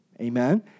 Amen